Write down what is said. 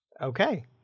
Okay